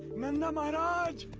nanda maharaj!